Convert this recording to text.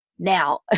now